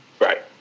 Right